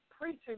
preaching